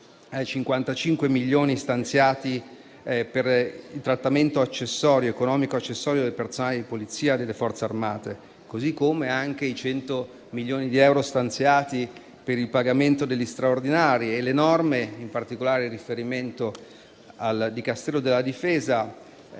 55 milioni di euro stanziati per il trattamento economico accessorio del personale di polizia delle Forze armate. Ricordo anche i 100 milioni di euro stanziati per il pagamento degli straordinari e le norme, con particolare riferimento al Dicastero della difesa